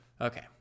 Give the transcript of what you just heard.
okay